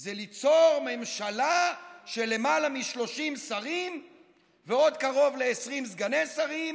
זה ליצור ממשלה של למעלה מ-30 שרים ועוד קרוב ל-20 סגני שרים,